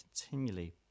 continually